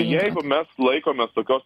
jeigu mes laikomės tokios